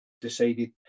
decided